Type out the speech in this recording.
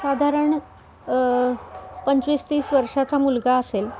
साधारण पंचवीस तीस वर्षाचा मुलगा असेल